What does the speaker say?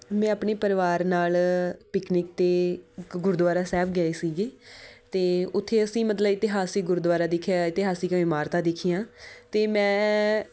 ਮੈਂ ਆਪਣੇ ਪਰਿਵਾਰ ਨਾਲ ਪਿਕਨਿਕ 'ਤੇ ਗੁਰਦੁਆਰਾ ਸਾਹਿਬ ਗਏ ਸੀਗੇ ਅਤੇ ਉੱਥੇ ਅਸੀਂ ਮਤਲਬ ਇਤਿਹਾਸਿਕ ਗੁਰਦੁਆਰਾ ਦੇਖਿਆ ਇਤਿਹਾਸਿਕ ਇਮਾਰਤਾਂ ਦੇਖੀਆਂ ਅਤੇ ਮੈਂ